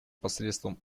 посредством